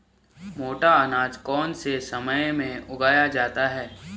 मोटा अनाज कौन से समय में उगाया जाता है?